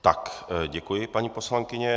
Tak děkuji, paní poslankyně.